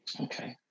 Okay